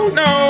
no